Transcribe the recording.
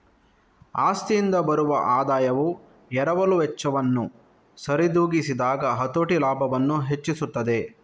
ಆಸ್ತಿಯಿಂದ ಬರುವ ಆದಾಯವು ಎರವಲು ವೆಚ್ಚವನ್ನು ಸರಿದೂಗಿಸಿದಾಗ ಹತೋಟಿ ಲಾಭವನ್ನು ಹೆಚ್ಚಿಸುತ್ತದೆ